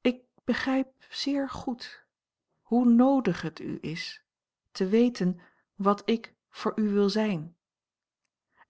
ik begrijp zeer goed hoe noodig het u is te weten wat ik voor u wil zijn